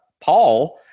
Paul